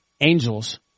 angels